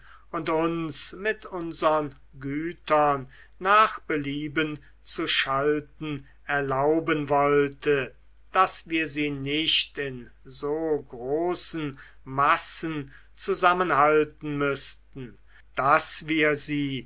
und uns mit unsern gütern nach belieben zu schalten erlauben wollte daß wir sie nicht in so großen massen zusammenhalten müßten daß wir sie